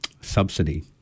subsidy